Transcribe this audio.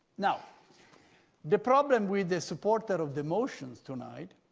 now the problem with the supporter of the motions tonight